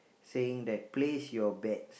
saying that place your bets